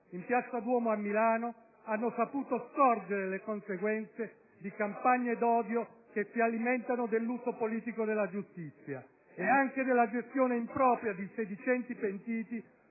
in piazza Duomo a Milano, hanno saputo scorgere le conseguenze di campagne d'odio che si alimentano dell'uso politico della giustizia, e anche della gestione impropria di sedicenti pentiti